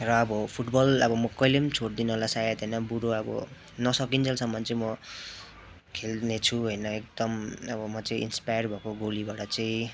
र अब फुटबल अब म कैहिले पनि छोड्दिनँ होला सायद होइन बुडो अब नसकिन्जेलसम्म चाहिँ म खेल्नेछु होइन एकदम अब म चाहिँ इन्सपायर भएको गोलीबाट चाहिँ